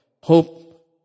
hope